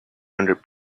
hundred